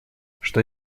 что